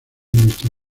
nuestra